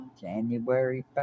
January